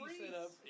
setup